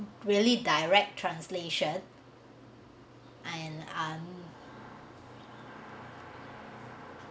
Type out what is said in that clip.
really direct translation and um